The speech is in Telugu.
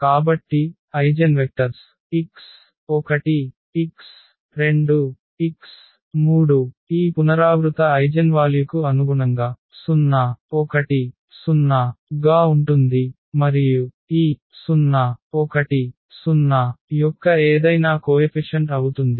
కాబట్టి ఐగెన్వెక్టర్స్ x1 x2 x3 ఈ పునరావృత ఐగెన్వాల్యుకు అనుగుణంగా 0 1 0 గా ఉంటుంది మరియు ఈ 0 1 0 యొక్క ఏదైనా కోయఫిషన్ట్ అవుతుంది